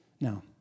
Now